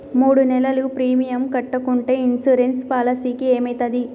మూడు నెలలు ప్రీమియం కట్టకుంటే ఇన్సూరెన్స్ పాలసీకి ఏమైతది?